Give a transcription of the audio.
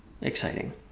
exciting